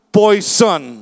poison